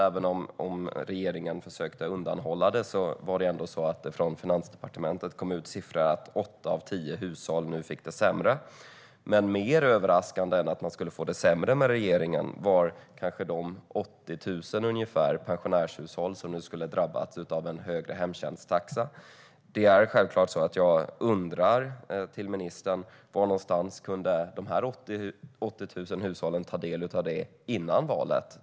Även om regeringen försökte undanhålla det kom det ut siffror från Finansdepartementet. Åtta av tio hushåll skulle nu få det sämre. Mer överraskande än att man skulle få det sämre med den här regeringen var de ungefär 80 000 pensionärshushåll som nu skulle drabbas av en högre hemtjänsttaxa. Det är självklart att jag undrar och ställer frågan till ministern: Var någonstans kunde de här 80 000 hushållen ta del av det här före valet?